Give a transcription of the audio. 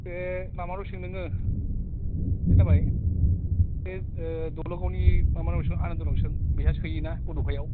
बे माबानाव सों नोङो खोनाबाय बे दल'गावनि माबानाव सों आनान्दनाव सों बिहा सोयोना बड'फायाव